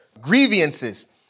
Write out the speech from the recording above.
Grievances